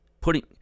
putting